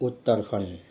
Uttarakhand